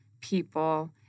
people